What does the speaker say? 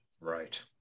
right